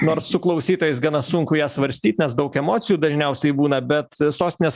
nors su klausytojais gana sunku ją svarstyt nes daug emocijų dažniausiai būna bet sostinės